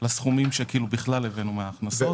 לסכומים שהבאנו מההכנסה.